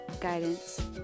guidance